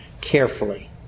carefully